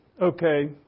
okay